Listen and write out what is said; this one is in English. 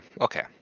Okay